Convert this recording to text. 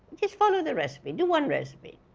just follow the recipe. do one recipe,